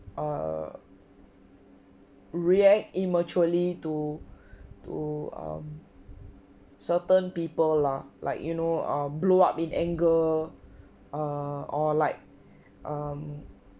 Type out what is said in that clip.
err react immaturely to to um certain people lah like you know err blow up in anger err or like um